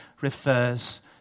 refers